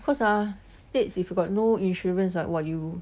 because ah States if you got no insurance ah [what] you